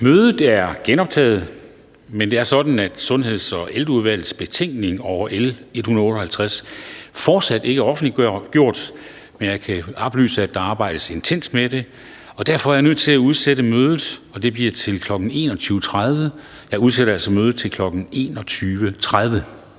Mødet er genoptaget. Det er sådan, at Sundheds- og Ældreudvalgets betænkning over L 158 fortsat ikke er offentliggjort, men jeg kan oplyse, at der arbejdes intenst med det. Derfor er jeg nødt til at udsætte mødet til kl. 21.30. Mødet er udsat. (Kl. 20:30).